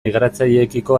migratzaileekiko